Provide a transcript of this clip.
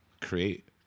create